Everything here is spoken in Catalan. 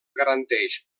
garanteix